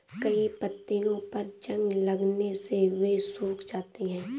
कई पत्तियों पर जंग लगने से वे सूख जाती हैं